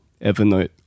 evernote